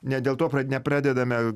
ne dėl to prad nepradedame